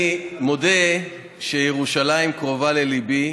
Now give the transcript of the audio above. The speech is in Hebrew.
אני מודה שירושלים קרובה לליבי,